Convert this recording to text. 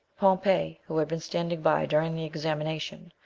pompey, who had been standing by during the examination,